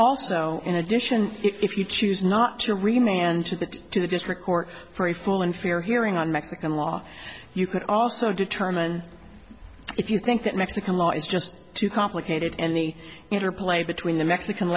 also in addition if you choose not to remain and to that to the district court for a full and fair hearing on mexican law you can also determine if you think that mexican law is just too complicated and the interplay between the mexican